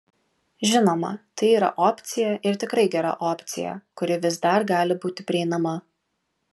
žinoma tai yra opcija ir tikrai gera opcija kuri vis dar gali būti prieinama